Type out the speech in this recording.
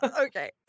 Okay